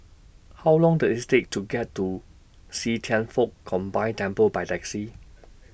How Long Does IT Take to get to See Thian Foh Combined Temple By Taxi